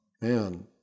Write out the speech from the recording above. Man